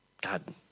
god